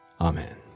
Amen